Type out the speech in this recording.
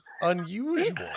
unusual